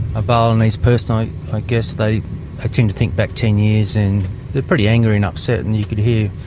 a balinese person. i guess they ah tend to think back ten years and they're pretty angry and upset. and you could hear,